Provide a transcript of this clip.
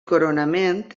coronament